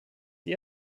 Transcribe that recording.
die